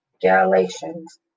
Galatians